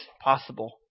possible